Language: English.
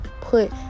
put